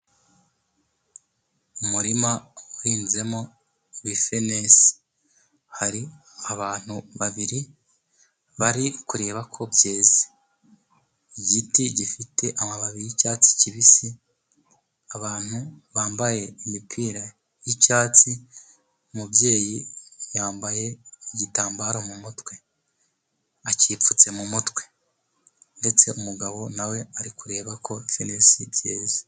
Umurima uhinzemo ibifenesi. Hari abantu babiri bari kureba ko byeze. Igiti gifite amababi y'icyatsi kibisi, abantu bambaye imipira y'icyatsi, umubyeyi yambaye igitambaro mu mutwe, akipfutse mu mutwe. Ndetse umugabo na we ari kureba ko ibifenesi byeze.